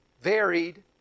Varied